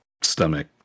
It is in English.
stomach